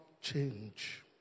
change